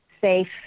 safe